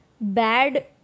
bad